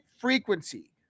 frequency